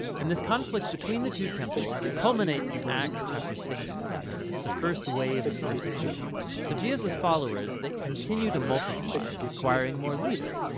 and this conflict between the two temples that culminates in acts chapter six and seven is the first wave of persecution. so jesus' followers, followers, they continue to multiply, requiring more leaders,